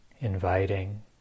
inviting